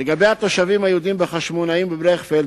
לגבי התושבים היהודים בחשמונאים ובברכפלד,